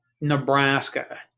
Nebraska